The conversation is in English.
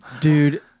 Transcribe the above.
Dude